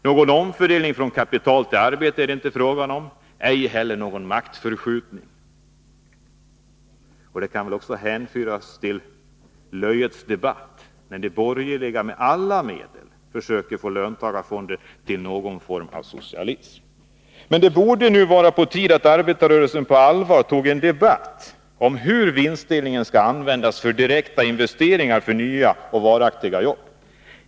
Någon omfördelning från kapital till arbete är det inte fråga om, ej heller någon maktförskjutning. Det kan också hänföras till löjets debatt, när de borgerliga med alla medel försöker få det till att löntagarfonder är någon form av socialism. Det borde nu vara på tiden att arbetarrörelsen på allvar tog en debatt om hur vinstdelningen skall användas för direkta investeringar för nya och varaktiga jobb.